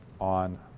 on